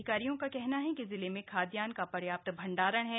अधिकारियों का कहना है कि जिले में खाद्यान्न का पर्याप्त भंडारण है